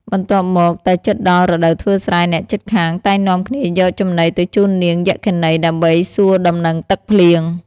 បន្ទាប់មក តែជិតដល់រដូវធ្វើស្រែ អ្នកជិតខាង តែងនាំគ្នាយកចំណីទៅជូននាង យក្ខិនី ដើម្បីសួរដំណឹងទឹកភ្លៀង។